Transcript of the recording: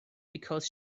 because